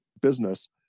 business